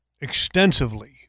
Extensively